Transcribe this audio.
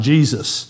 Jesus